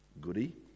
goody